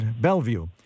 Bellevue